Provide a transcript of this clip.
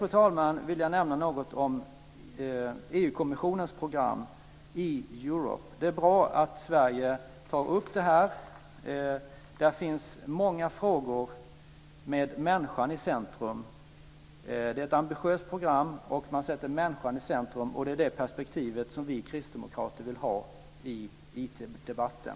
Slutligen vill jag nämna något om EU-kommissionens program - e-Europe. Det är bra att Sverige tar upp detta. Det finns många frågor med människan i centrum. Det är ett ambitiöst program, och man sätter människan i centrum. Det är det perspektivet vi kristdemokrater vill ha i IT-debatten.